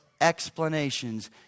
explanations